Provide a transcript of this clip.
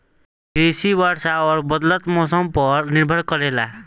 कृषि वर्षा और बदलत मौसम पर निर्भर करेला